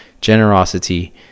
generosity